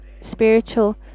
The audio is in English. spiritual